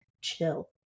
chill